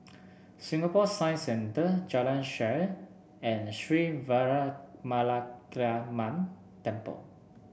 Singapore Science Centre Jalan Shaer and Sri Veeramakaliamman Temple